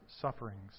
sufferings